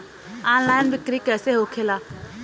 Online बिक्री कैसे होखेला?